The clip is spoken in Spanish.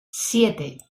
siete